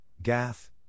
Gath